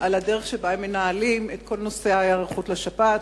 על הדרך שבה הם מנהלים את כל נושא ההיערכות לשפעת.